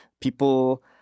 people